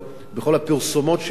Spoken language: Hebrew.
בכל הפרסומות שלנו,